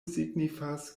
signifas